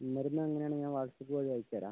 മരുന്ന് അങ്ങനെ ആണെങ്കിൽ ഞാൻ വാട്സ്ആപ്പ് വഴി അയച്ച് തരാം